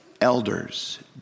elders